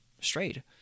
strayed